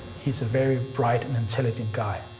he's a very bright and intelligent guy.